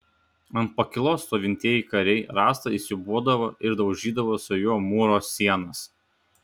ant pakylos stovintieji kariai rąstą įsiūbuodavo ir daužydavo su juo mūro sienas